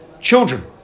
children